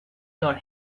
your